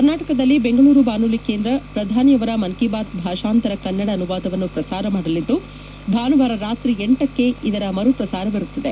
ಕರ್ನಾಟಕದಲ್ಲಿ ಬೆಂಗಳೂರು ಬಾನುಲಿ ಕೇಂದ್ರ ಪ್ರಧಾನಿಯವರ ಮನ್ ಕೀ ಬಾತ್ ಭಾಷಾಂತರ ಕನ್ನಡ ಅನುವಾದವನ್ನು ಪ್ರಸಾರ ಮಾಡಲಿದ್ದು ಭಾನುವಾರ ರಾತ್ರಿ ಚಕ್ಕೆ ಇದರ ಮರುಪ್ರಸಾರವಿರುತ್ತದೆ